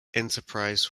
enterprise